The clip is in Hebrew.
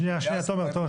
שנייה, שנייה, תומר.